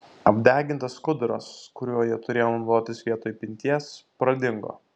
apdegintas skuduras kuriuo jie turėjo naudotis vietoj pinties pradingo